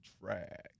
track